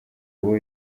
uwo